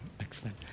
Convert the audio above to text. Excellent